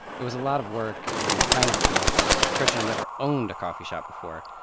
it was a lot of work and kind of a gamble. gretchen had never owned a coffee shop before,